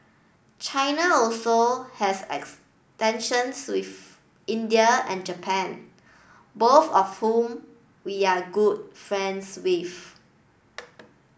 China also has extensions with India and Japan both of whom we are good friends with